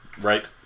Right